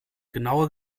genauer